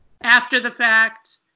after-the-fact